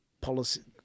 policy